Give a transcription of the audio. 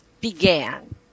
began